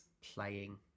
playing